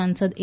સાંસદ એ